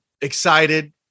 excited